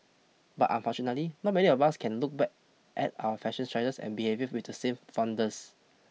but unfortunately not many of us can look back at our fashion choices and behaviour with the same fondness